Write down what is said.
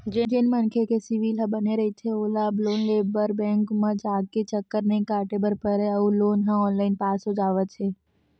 जेन मनखे के सिविल ह बने रहिथे ओला अब लोन लेबर बेंक म जाके चक्कर नइ काटे बर परय अउ लोन ह ऑनलाईन पास हो जावत हे